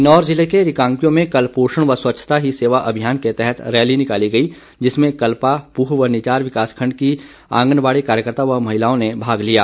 किन्नौर जिले के रिकांगपिओ में कल पोषण व स्वच्छता ही सेवा अभियान के तहत रैली निकाली गई जिसमें कल्पा पूह व निचार विकास खण्ड के आंगनबाड़ी कार्यकर्ता व महिलाओं ने भाग लिया